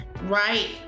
right